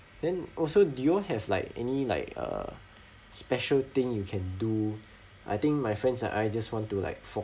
then also do you have like any like uh special thing you can do I think my friends and I just want to like fork